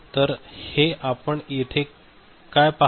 तर हे आपण येथे काय पाहता